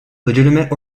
legitimate